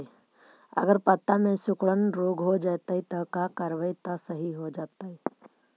अगर पत्ता में सिकुड़न रोग हो जैतै त का करबै त सहि हो जैतै?